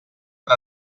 per